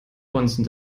bonzen